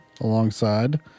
alongside